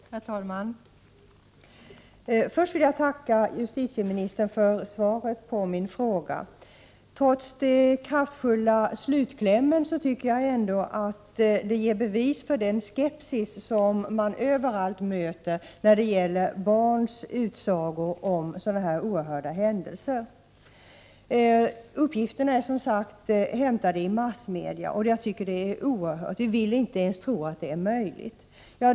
Herr talman! Först vill jag tacka justitieministern för svaret på min fråga. Trots den kraftfulla slutklämmen tycker jag ändå att det gav bevis på den skepsis som man överallt möter när det gäller barns utsagor om sådana här oerhörda händelser. Uppgifterna är som sagt hämtade i massmedia, och jag tycker att de är oerhörda. Vi vill inte ens tro att det är möjligt.